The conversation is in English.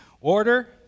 order